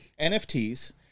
NFTs